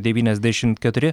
devyniasdešimt keturi